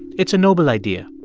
it's a noble idea.